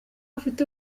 afite